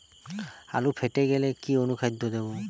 আলু ফেটে গেলে কি অনুখাদ্য দেবো?